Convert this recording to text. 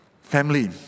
Family